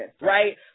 right